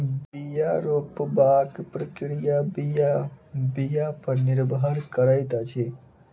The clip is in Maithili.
बीया रोपबाक प्रक्रिया बीया बीया पर निर्भर करैत अछि